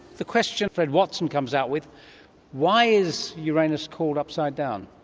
the question fred watson comes out with why is uranus called upside-down?